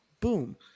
boom